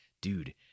dude